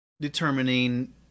determining